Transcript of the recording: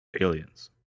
Aliens